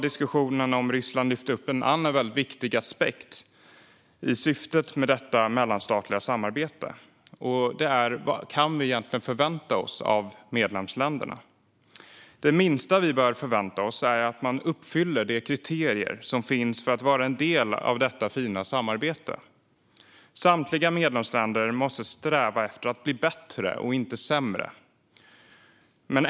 Diskussionen om Ryssland har lyft upp en annan viktig aspekt när det gäller syftet med detta mellanstatliga samarbete: Vad kan vi egentligen förvänta oss av medlemsländerna? Det minsta vi bör förvänta oss är att man uppfyller de kriterier som finns för att vara en del av detta fina samarbete. Samtliga medlemsländer måste sträva efter att bli bättre och inte sämre.